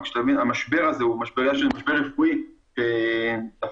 אנחנו פועלים לבחון אפשרויות להגדלת ולהרחבת